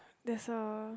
there's a